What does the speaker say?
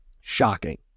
shocking